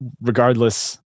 regardless